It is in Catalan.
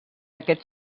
aquest